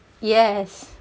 yes